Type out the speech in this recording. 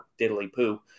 diddly-poo